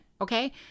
Okay